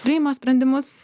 priima sprendimus